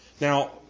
Now